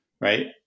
right